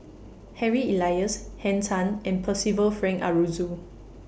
Harry Elias Henn Tan and Percival Frank Aroozoo